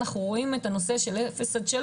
אנחנו רואים את הנושא של 0-3,